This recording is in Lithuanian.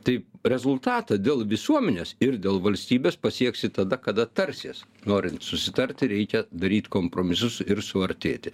tai rezultatą dėl visuomenės ir dėl valstybės pasieksi tada kada tarsies norint susitarti reikia daryt kompromisus ir suartėti